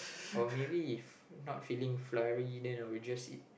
or maybe if not feeling floury then I will just eat